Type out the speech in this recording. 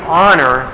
honor